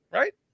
right